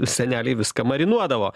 seneliai viską marinuodavo